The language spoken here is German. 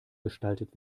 gestaltet